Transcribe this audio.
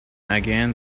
again